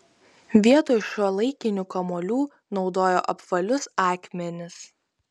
vietoj šiuolaikinių kamuolių naudojo apvalius akmenis